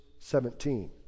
17